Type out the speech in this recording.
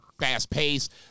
fast-paced